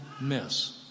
miss